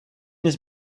his